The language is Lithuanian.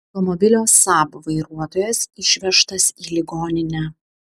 automobilio saab vairuotojas išvežtas į ligoninę